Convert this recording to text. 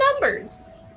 numbers